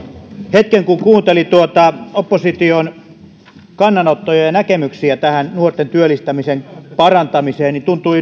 hetken kun kuunteli noita opposition kannanottoja ja näkemyksiä nuorten työllistämisen parantamiseen niin tuntui